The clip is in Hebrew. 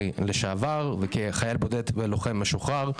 לשעבר אלא כחייל בודד ולוחם משוחרר,